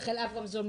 אברמזון,